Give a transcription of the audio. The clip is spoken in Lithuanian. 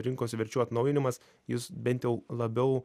rinkos verčių atnaujinimas jis bent jau labiau